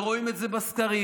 רואים את זה בסקרים,